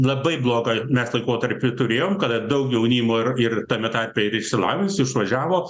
labai blogą mes laikotarpį turėjom kada daug jaunimo ir ir tame tarpe ir išsilavinusio išvažiavo